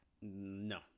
No